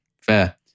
Fair